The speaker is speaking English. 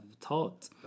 taught